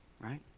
right